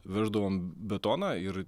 veždavom betoną ir